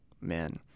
men